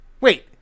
Wait